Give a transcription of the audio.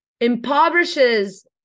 impoverishes